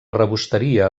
rebosteria